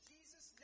Jesus